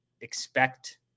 expect